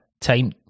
time